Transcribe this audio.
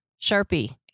Sharpie